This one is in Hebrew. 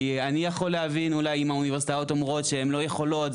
כי אני יכול להבין אולי אם האוניברסיטאות אומרות שהם לא יכולות,